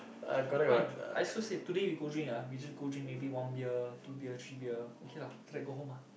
no point I also say today we go drink ah we just go drink maybe one beer two beer three beer okay lah after that go home ah